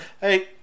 hey